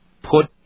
put